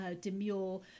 demure